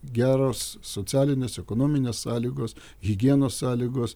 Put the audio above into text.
geros socialinės ekonominės sąlygos higienos sąlygos